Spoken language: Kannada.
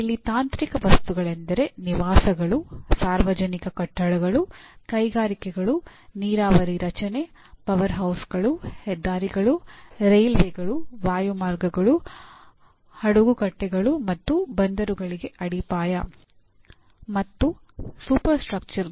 ಇಲ್ಲಿ ತಾಂತ್ರಿಕ ವಸ್ತುಗಳೆಂದರೆ ನಿವಾಸಗಳು ಸಾರ್ವಜನಿಕ ಕಟ್ಟಡಗಳು ಕೈಗಾರಿಕೆಗಳು ನೀರಾವರಿ ರಚನೆ ಪವರ್ಹೌಸ್ಗಳು ಹೆದ್ದಾರಿಗಳು ರೈಲ್ವೆಗಳು ವಾಯುಮಾರ್ಗಗಳು ಹಡಗುಕಟ್ಟೆಗಳು ಮತ್ತು ಬಂದರುಗಳಿಗೆ ಅಡಿಪಾಯ ಮತ್ತು ಸೂಪರ್ಸ್ಟ್ರಕ್ಚರ್ಗಳು